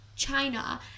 China